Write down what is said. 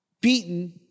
beaten